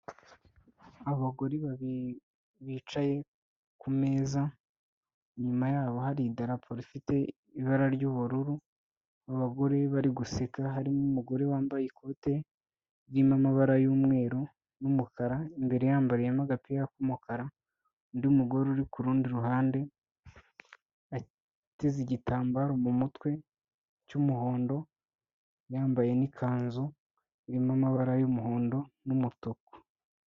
Abagore babiri bicaye kumeza inyuma yabo hari idaraporo ifite ibara ry'ubururu abagore bari guseka harimo umugore wambaye ikote ry'amabara y'umweru n'umukara imbere yambariyemo agapira k'umukara, undi mugore uri kurundi ruhande ateze igitambaro mu mutwe cy'umuhondo yambaye n'ikanzu irimo amabara y'umuhondo n'umutuku.